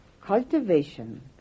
cultivation